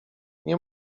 nie